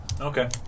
Okay